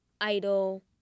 idol –